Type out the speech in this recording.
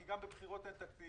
כי גם בבחירות אין תקציב.